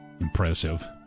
Impressive